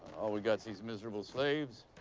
all we got's these miserable slaves.